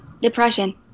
Depression